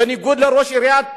בניגוד לראש עיריית פתח-תקווה,